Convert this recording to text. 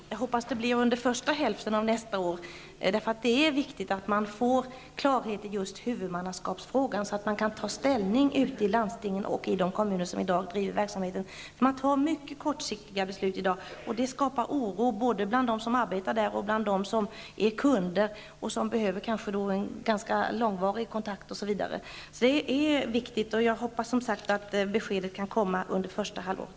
Herr talman! Jag hoppas att det blir under första hälften av nästa år. Det är viktigt att man får klarhet i huvudmannaskapsfrågan, så att man ute i landstingen och de kommuner som i dag bedriver verksamheten kan ta ställning. I dag fattas mycket kortsiktiga beslut. Detta skapar oro både bland dem som arbetar där och bland dem som är kunder, som behöver en långvarig kontakt osv. Det är viktigt. Jag hoppas att beskedet kan komma under första halvåret.